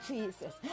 Jesus